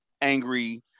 angry